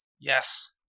Yes